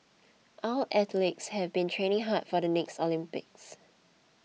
our athletes have been training hard for the next Olympics